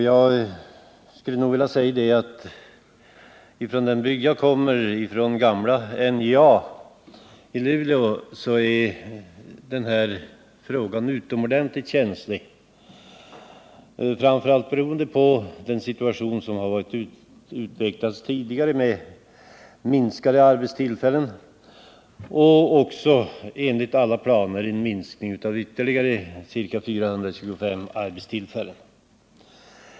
Jag skulle vilja säga att för den bygd jag kommer ifrån — den bygd där gamla NJA i Luleå ligger — är den här frågan utomordentligt känslig, framför allt beroende på den situation som utvecklats tidigare, med minskade arbetstillfällen, och enligt alla planer även en minskning med ytterligare ca 425 arbetstillfällen.